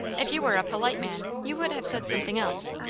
if you were a polite man, you would have said something else.